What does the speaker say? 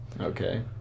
Okay